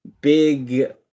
big